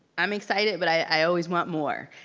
i'm excited but i always want more,